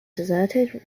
deserted